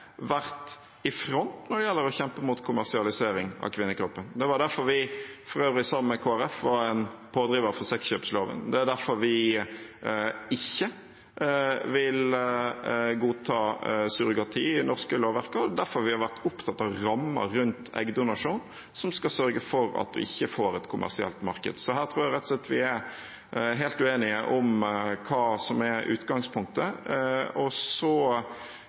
vært i front når det gjelder å kjempe mot kommersialisering av kvinnekroppen. Det var derfor vi, for øvrig sammen med Kristelig Folkeparti, var en pådriver for sexkjøpsloven, det er derfor vi ikke vil godta surrogati i det norske lovverket, og derfor vi har vært opptatt av rammer rundt eggdonasjon som skal sørge for at vi ikke får et kommersielt marked. Her tror jeg vi rett og slett er helt uenige om hva som er utgangspunktet. SV og